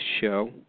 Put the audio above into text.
show